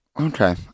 Okay